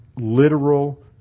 literal